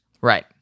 Right